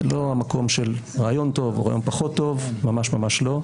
לא המקום של רעיון טוב או רעיון פחות טוב, ממש לא.